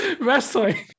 Wrestling